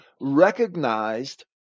recognized